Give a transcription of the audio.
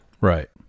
Right